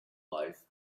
life